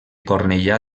cornellà